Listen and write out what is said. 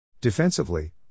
Defensively